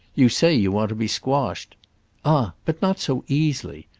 you say you want to be squashed ah but not so easily!